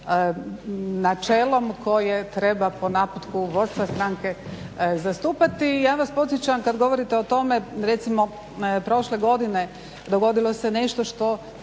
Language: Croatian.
načelom koje treba po naputku vodstva stranke zastupati. I ja vas podsjećam kad govorite o tome, recimo prošle godine dogodilo se nešto što